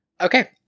okay